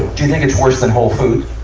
do you think it's worse than whole food?